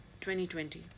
2020